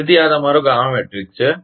તેથી આ તમારો ગામા મેટ્રિક્સ છે